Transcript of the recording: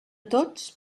tots